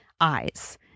eyes